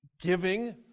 giving